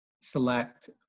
select